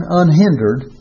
unhindered